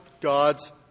God's